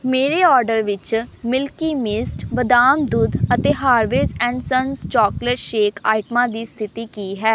ਮੇਰੇ ਓਰਡਰ ਵਿੱਚ milky mist ਬਦਾਮ ਦੁੱਧ ਅਤੇ Harvey's and sons chocolate shake ਆਈਟਮਾਂ ਦੀ ਸਥਿਤੀ ਕੀ ਹੈ